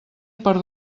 per